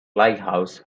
lighthouse